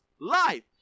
life